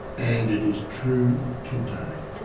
and it is true today.